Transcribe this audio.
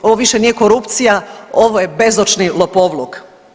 Ovo više nije korupcija ovo je bezočni lopovluk.